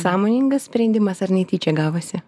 sąmoningas sprendimas ar netyčia gavosi